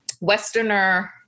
Westerner